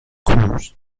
course